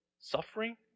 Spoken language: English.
suffering